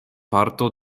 parto